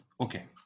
Okay